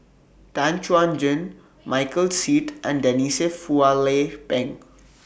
Tan Chuan Jin Michael Seet and Denise Phua Lay Peng